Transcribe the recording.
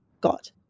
got